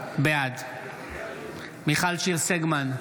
בעד מיכל שיר סגמן,